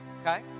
okay